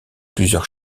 plusieurs